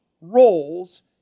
roles